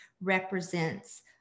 represents